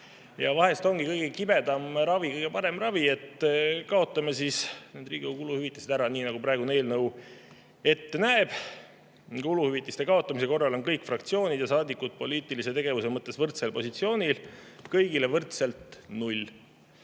Vahest ongi kõige kibedam ravi kõige parem ravi. Kaotame siis need Riigikogu kuluhüvitised ära, nii nagu praegune eelnõu ette näeb. Kuluhüvitiste kaotamise korral on kõik fraktsioonid ja saadikud poliitilise tegevuse mõttes võrdsel positsioonil: kõigile võrdselt null.